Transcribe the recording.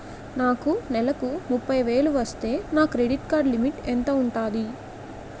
నాకు నెలకు ముప్పై వేలు వస్తే నా క్రెడిట్ కార్డ్ లిమిట్ ఎంత ఉంటాది?